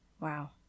Wow